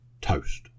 toast